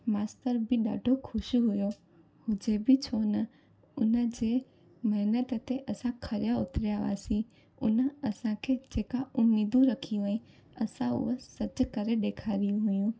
मास्तर बि ॾाढो ख़ुशि हुओ हुजे बि छो न उन जे महिनत ते असां खरिया उतरिया हुआसीं उन असांखे जेका उमेदूं रखी हुई असां उहा सच करे ॾेखारियूं हुयूं